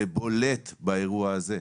זה בולט באירוע הזה.